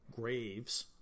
graves